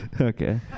Okay